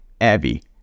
Abby